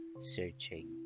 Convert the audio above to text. searching